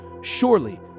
Surely